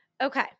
Okay